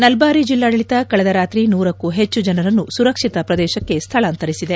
ನಲ್ಬಾರಿ ಜಿಲ್ಲಾಡಳಿತ ಕಳೆದ ರಾತ್ರಿ ನೂರಕ್ನೂ ಹೆಚ್ಚು ಜನರನ್ನು ಸುರಕ್ಷಿತ ಪ್ರದೇಶಕ್ಕೆ ಸ್ಥಳಾಂತರಿಸಿದೆ